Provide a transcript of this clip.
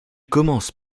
commencent